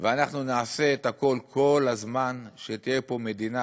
ואנחנו נעשה את הכול, כל הזמן, שתהיה פה מדינה